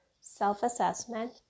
self-assessment